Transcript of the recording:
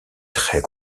très